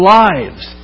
lives